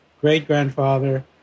great-grandfather